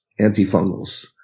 antifungals